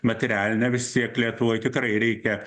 materialinę vis tiek lietuvoj tikrai reikia